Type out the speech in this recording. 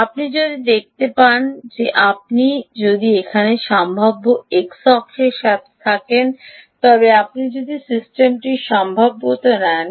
আপনি যদি দেখতে পাবেন যে আপনি যদি এখন সম্ভাব্যতাটি এক্স অক্ষের সাথে নিয়ে থাকেন তবে আপনি যদি সিস্টেমটির সম্ভাব্যতা নেন